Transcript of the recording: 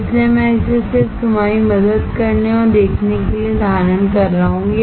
तो इसीलिए मैं इसे सिर्फ तुम्हारी मदद करने और देखने के लिए धारण कर रहा हूं